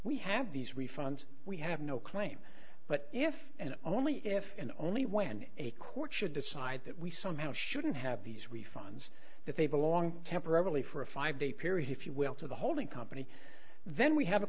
we have these refunds we have no claim but if and only if and only when a court should decide that we somehow shouldn't have these refunds that they belong temporarily for a five day period if you will to the holding company then we have a